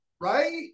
Right